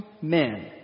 men